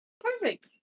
Perfect